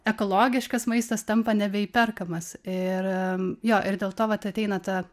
ekologiškas maistas tampa nebeįperkamas ir jo ir dėl to vat ateina ta